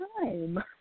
time